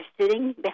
sitting